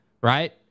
right